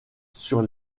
sur